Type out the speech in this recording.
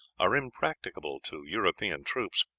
are impracticable to european troops.